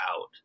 out